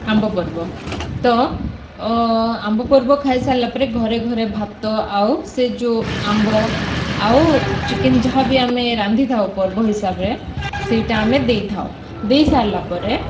ଆମ୍ବ ପର୍ବ ତ ଆମ୍ବ ପର୍ବ ଖାଇସାରିଲା ପରେ ଘରେ ଘରେ ଭାତ ଆଉ ସେ ଯେଉଁ ଆମ୍ବ ଆଉ ଚିକେନ୍ ଯାହା ବି ଆମେ ରାନ୍ଧିଥାଉ ପର୍ବ ହିସାବରେ ସେଇଟା ଆମେ ଦେଇଥାଉ ଦେଇସାରିଲା ପରେ